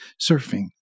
Surfing